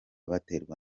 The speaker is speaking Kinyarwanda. baterwa